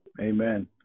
Amen